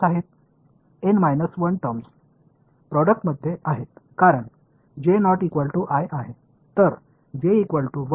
எனவே அதன் தயாரிப்பில் எத்தனை வெளிப்பாடுகள் உள்ளன